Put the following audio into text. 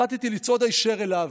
החלטתי לצעוד היישר אליו.